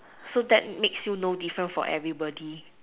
so that makes you no different for everybody